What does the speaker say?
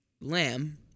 Lamb